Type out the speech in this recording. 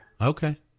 Okay